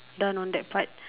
done on that part